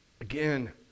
Again